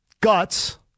Guts